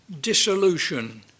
dissolution